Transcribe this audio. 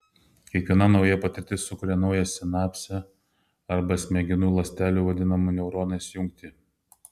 kiekviena nauja patirtis sukuria naują sinapsę arba smegenų ląstelių vadinamų neuronais jungtį